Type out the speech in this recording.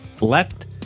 left